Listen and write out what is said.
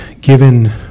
given